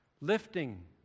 Lifting